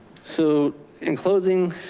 so in closing,